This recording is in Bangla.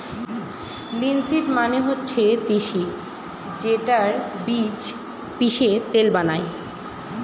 লিনসিড মানে হচ্ছে তিসি যেইটার বীজ পিষে তেল বানায়